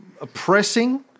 oppressing